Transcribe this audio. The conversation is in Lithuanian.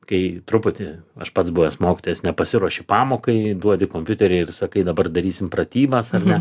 kai truputį aš pats buvęs mokytojas nepasiruoši pamokai duodi kompiuterį ir sakai dabar darysim pratybas ar ne